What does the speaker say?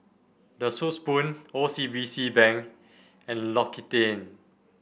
The Soup Spoon O C B C Bank and L'Occitane